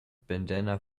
bandanna